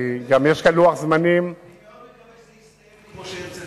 אני מאוד מקווה שזה יסתיים כמו שהרצל,